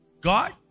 God